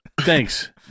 Thanks